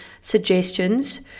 suggestions